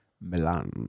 Milan